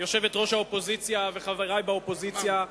יושבת-ראש האופוזיציה וחברי באופוזיציה,